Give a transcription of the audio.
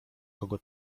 kogo